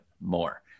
more